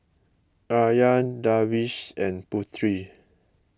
Aryan Darwish and Putri